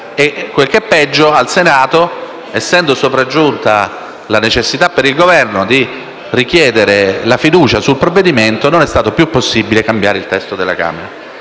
e, quel che è peggio, al Senato, essendo sopraggiunta la necessità per il Governo di chiedere la fiducia sul provvedimento, non è stato più possibile cambiare il testo che ci era